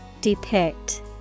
Depict